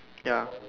ya